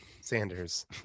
Sanders